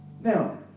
now